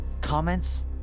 comments